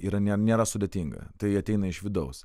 yra ne nėra sudėtinga tai ateina iš vidaus